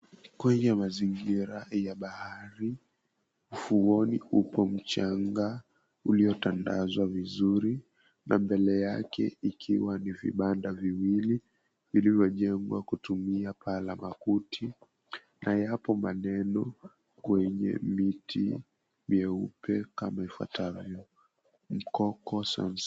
Kwenye mazingira ya bahari ufuoni upo mchanga uliotandazwa vizuri na mbele yake ikiwa ni vibanda viwili vilivyo jengwa kutumia paa la makuti, na yapo maneno kwenye miti meupe kama ifuatavyo, Mukoko Sunset.